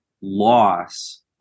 loss